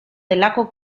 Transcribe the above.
delako